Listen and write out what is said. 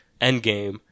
Endgame